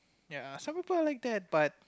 ya some people like that but